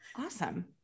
Awesome